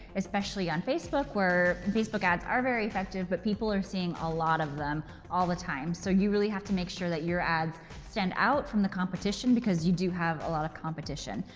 especially on facebook. facebook ads are very effective, but people are seeing a lot of them all the time, so you really have to make sure that your ads stand out from the competition, because you do have a lot of competition.